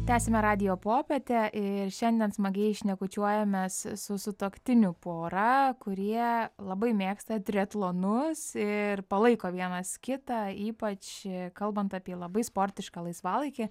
tęsiame radijo popietę ir šiandien smagiai šnekučiuojamės su sutuoktinių pora kurie labai mėgsta triatlonus ir palaiko vienas kitą ypač kalbant apie labai sportišką laisvalaikį